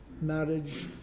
marriage